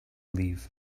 leave